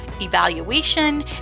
evaluation